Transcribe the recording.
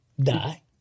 die